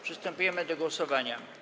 Przystępujemy do głosowania.